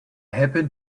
happen